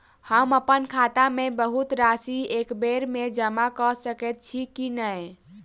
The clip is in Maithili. हम अप्पन खाता मे बहुत राशि एकबेर मे जमा कऽ सकैत छी की नै?